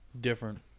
Different